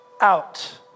out